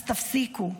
אז תפסיקו.